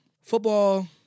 football